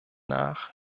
nach